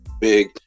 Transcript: big